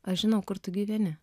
aš žinau kur tu gyveni